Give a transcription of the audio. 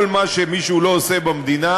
כל מה שמישהו לא עושה במדינה,